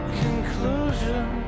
conclusion